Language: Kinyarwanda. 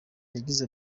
yagize